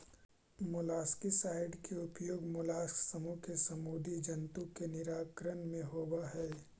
molluscicide के उपयोग mollusc समूह के समुदी जन्तु के निराकरण में होवऽ हई